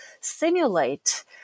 simulate